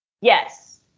Yes